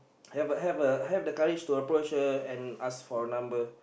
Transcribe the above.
have a have a have the courage to approach her and ask for a number